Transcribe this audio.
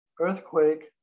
earthquake